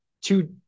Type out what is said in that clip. two